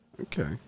Okay